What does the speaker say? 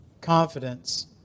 confidence